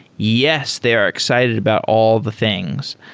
yes, they are excited about all the things,